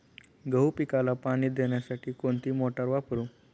गहू पिकाला पाणी देण्यासाठी कोणती मोटार वापरू?